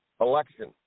election